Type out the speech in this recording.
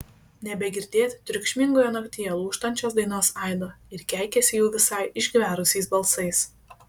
nebegirdėt triukšmingoje naktyje lūžtančios dainos aido ir keikiasi jau visai išgverusiais balsais